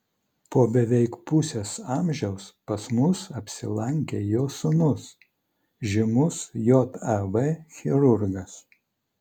po beveik pusės amžiaus pas mus apsilankė jo sūnus žymus jav chirurgas